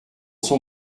son